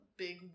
Big